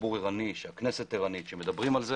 שהציבור ערני, שהכנסת ערנית, שמדברים על זה